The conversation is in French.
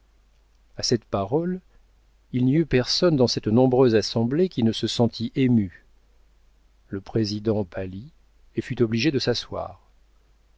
a cette parole il n'y eut personne dans cette nombreuse assemblée qui ne se sentît ému le président pâlit et fut obligé de s'asseoir